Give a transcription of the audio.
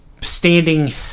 standing